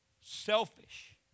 selfish